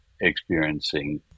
experiencing